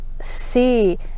see